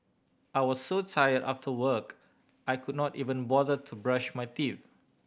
I was so tired after work I could not even bother to brush my teeth